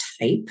type